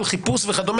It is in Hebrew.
על חיפוש וכדומה,